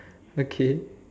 okay